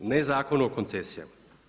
Ne zakonu o koncesijama.